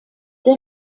der